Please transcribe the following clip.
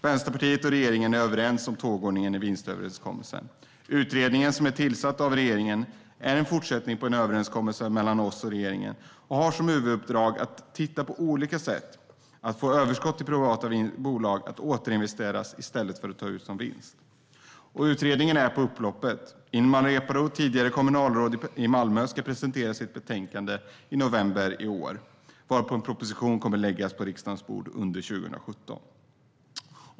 Vänsterpartiet och regeringen är överens om tågordningen i vinstöverenskommelsen. Utredningen som tillsatts av regeringen är en fortsättning på en överenskommelse mellan oss och regeringen och har som huvuduppdrag att titta på olika sätt att få överskott i privata bolag att återinvesteras i stället för att tas ut som vinst. Utredningen är på upploppet. Ilmar Reepalu, tidigare kommunalråd i Malmö, ska presentera sitt betänkande i november i år, varpå en proposition kommer att läggas på riksdagens bord under 2017.